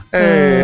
Hey